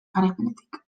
garaipenetik